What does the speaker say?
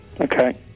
Okay